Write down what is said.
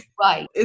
Right